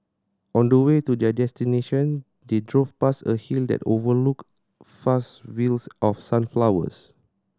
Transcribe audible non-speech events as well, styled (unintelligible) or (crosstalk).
on the way to their destination they drove past a hill that overlooked (unintelligible) fields of sunflowers